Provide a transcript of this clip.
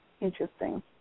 interesting